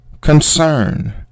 concern